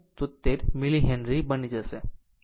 073 millihenry બની જશે